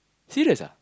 serious ah